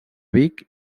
vic